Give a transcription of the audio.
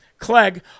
Clegg